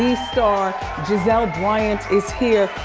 yeah v-star gizelle bryant is here.